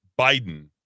Biden